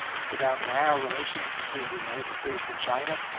it's about narrow relations between the united states and china.